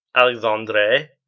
Alexandre